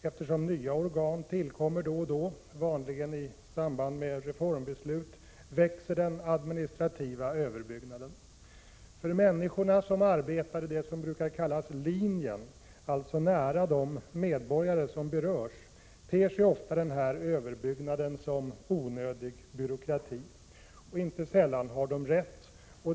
Eftersom nya organ tillkommer då och då, vanligen i samband med reformbeslut, växer den administrativa överbyggnaden. För människor som arbetar i det som brukar kallas linjen, alltså nära de medborgare som berörs, ter sig ofta överbyggnaden som onödig byråkrati. Inte sällan har de rätt.